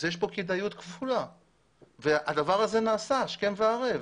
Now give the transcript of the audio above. יש כאן כדאיות כפולה והדבר הזה נעשה השכם והערב.